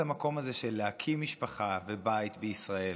ובונים את המקום הזה של להקים משפחה ובית בישראל,